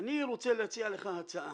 ואני רוצה להציע לך הצעה.